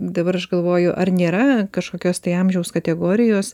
dabar aš galvoju ar nėra kažkokios tai amžiaus kategorijos